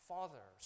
Father